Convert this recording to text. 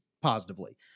positively